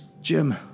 Jim